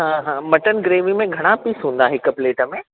हा हा mutton gravy में घणा पीस हूंदा हिक प्लेट में